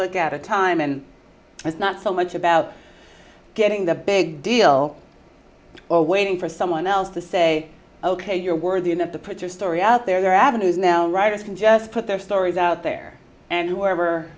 book at a time and it's not so much about getting the big deal or waiting for someone else to say ok you're worthy enough to put your story out there avenues now writers can just put their stories out there and whoever